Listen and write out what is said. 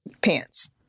pants